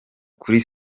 kuri